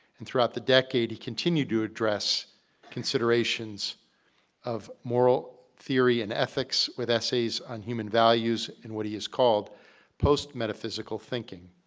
and throughout the decade, he continued to address considerations of moral theory and ethics with essays on human values, and what he has called post metaphysical thinking.